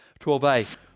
12a